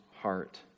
heart